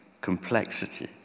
complexity